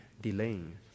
delaying